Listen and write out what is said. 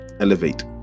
elevate